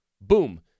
Boom